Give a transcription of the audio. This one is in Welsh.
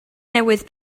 newydd